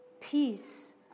peace